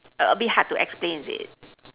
a a bit hard to explain is it